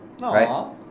right